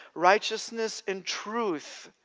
righteousness, and truth,